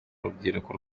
rubyiruko